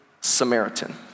Samaritan